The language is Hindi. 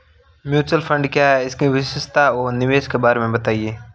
म्यूचुअल फंड क्या है इसकी विशेषता व निवेश के बारे में बताइये?